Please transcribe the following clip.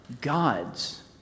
God's